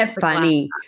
funny